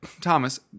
Thomas